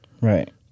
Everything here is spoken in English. Right